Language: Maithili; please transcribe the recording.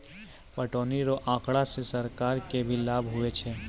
पटौनी रो आँकड़ा से सरकार के भी लाभ हुवै छै